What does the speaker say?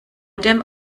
dem